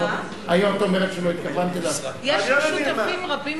זכותך להתייחס לאמירתה האישית כלפיך, היא הזכירה.